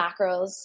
macros